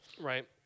Right